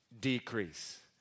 decrease